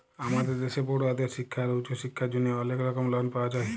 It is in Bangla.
আমাদের দ্যাশে পড়ুয়াদের শিক্খা আর উঁচু শিক্খার জ্যনহে অলেক রকম লন পাওয়া যায়